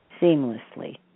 seamlessly